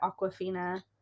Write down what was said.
aquafina